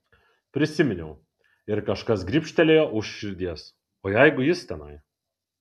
prisiminiau ir kažkas gribštelėjo už širdies o jeigu jis tenai